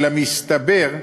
אלא מסתבר,